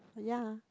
ya